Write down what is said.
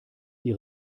die